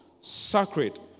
sacred